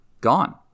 gone